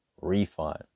refund